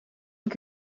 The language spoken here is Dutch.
het